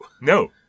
No